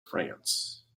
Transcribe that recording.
france